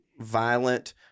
violent